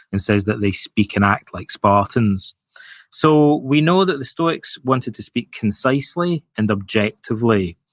and says that they speak and act like spartans so, we know that the stoics wanted to speak concisely and objectively.